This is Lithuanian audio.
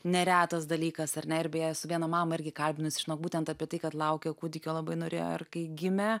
neretas dalykas ar ne ir beje su viena mama irgi kalbinausi žinok būtent apie tai kad laukia kūdikio labai norėjo kai gimė